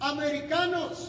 Americanos